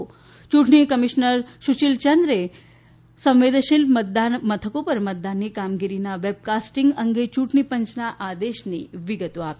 યૂંટણી કમીશ્નર સુશીલ ચંદ્રે સંવેદનશીલ મતદાન મથકો પર મતદાનની કામગીરીનાં વેબ કાસ્ટીંગ અંગે યૂંટણી પંચનાં આદેશની વિગતો આપી હતી